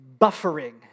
buffering